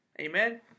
Amen